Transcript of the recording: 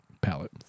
Palette